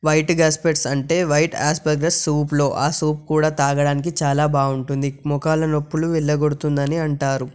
white asparagus అంటే white asparagus సూప్లో ఆ సూప్ కూడా తాగడానికి చాలా బాగుంటుంది మోకాళ్ళ నొప్పులు వెళ్ళగొడుతుందని అంటారు